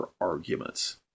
arguments